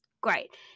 great